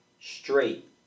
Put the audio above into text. straight